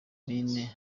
komini